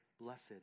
blessed